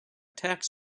tax